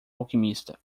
alquimista